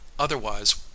otherwise